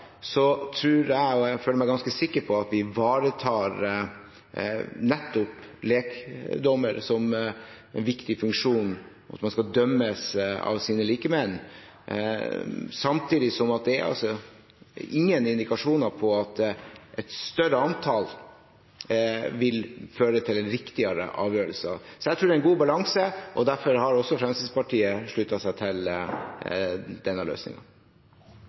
tror jeg – og jeg føler meg ganske sikker på – at vi ivaretar nettopp lekdommerne som en viktig funksjon. Man skal dømmes av sine likemenn. Samtidig er det ingen indikasjoner på at et større antall vil føre til riktigere avgjørelser. Jeg tror det er en god balanse, og derfor har også Fremskrittspartiet sluttet seg til denne